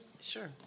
sure